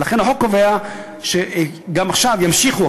ולכן החוק קובע שגם עכשיו ימשיכו,